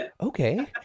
Okay